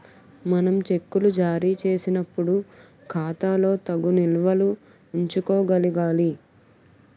మనం చెక్కులు జారీ చేసినప్పుడు ఖాతాలో తగు నిల్వలు ఉంచుకోగలగాలి